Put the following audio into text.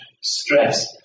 stress